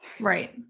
Right